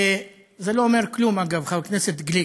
וזה לא אומר כלום, אגב, חבר הכנסת גליק.